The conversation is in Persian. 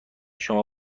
شما